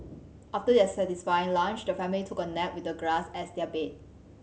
after their satisfying lunch the family took a nap with the grass as their bed